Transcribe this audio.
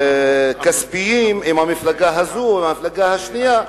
כספיים עם המפלגה הזאת או המפלגה השנייה.